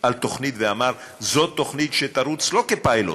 על תוכנית ואמר: זאת תוכנית שתרוץ לא כפיילוט.